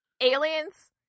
aliens